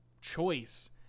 choice